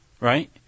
right